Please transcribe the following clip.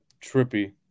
trippy